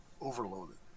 overloaded